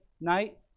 night